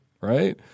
right